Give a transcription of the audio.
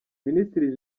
minisitiri